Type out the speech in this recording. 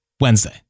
Wednesday